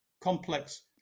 complex